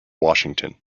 washington